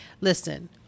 Listen